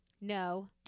No